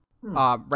right